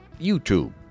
YouTube